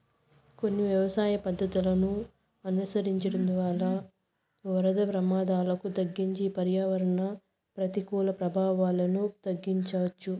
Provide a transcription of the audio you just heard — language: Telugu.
కొన్ని వ్యవసాయ పద్ధతులను అనుసరించడం ద్వారా వరద ప్రమాదాలను తగ్గించి పర్యావరణ ప్రతికూల ప్రభావాలను తగ్గించవచ్చు